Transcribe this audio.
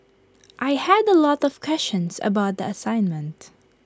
I had A lot of questions about the assignment